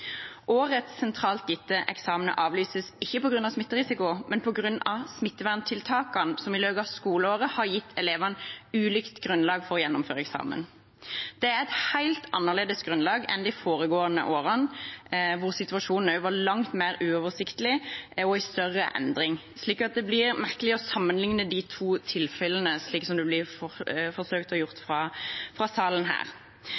Årets sentralt gitte eksamener avlyses ikke på grunn av smitterisiko, men på grunn av smitteverntiltakene, som i løpet av skoleåret har gitt elevene ulikt grunnlag for å gjennomføre eksamen. Det er et helt annerledes grunnlag enn de foregående årene, hvor situasjonen også var langt mer uoversiktlig og i større endring, så det blir merkelig å sammenligne de to tilfellene, slik som det blir forsøkt gjort fra salen her.